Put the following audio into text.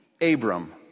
Abram